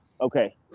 okay